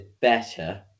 better